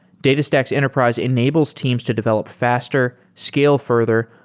datas tax enterprise enables teams to develop faster, scale further,